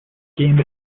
game